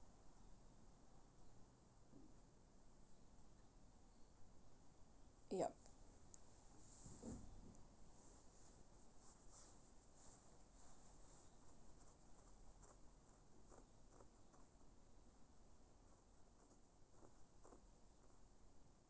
yup